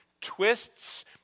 twists